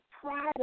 pride